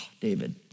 David